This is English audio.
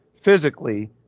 physically